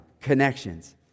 connections